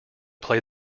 play